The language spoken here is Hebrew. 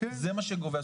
זה מה שקובע.